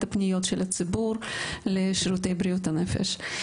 הפניות של הציבור לשירותי בריאות הנפש.